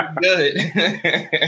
good